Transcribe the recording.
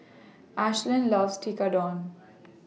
Ashlynn loves Tekkadon